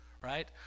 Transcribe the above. right